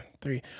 three